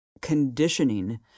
conditioning